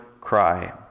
cry